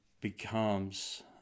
becomes